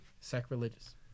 Sacrilegious